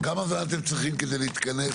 כמה זמן אתם צריכים בשביל להתכנס.